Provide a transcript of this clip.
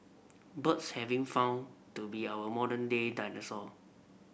birds having found to be our modern day dinosaur